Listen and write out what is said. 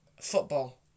Football